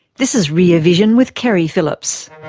this is rear vision with keri phillips.